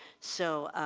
so